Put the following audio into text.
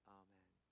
amen